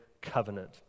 covenant